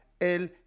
el